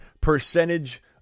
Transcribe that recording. percentage